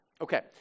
Okay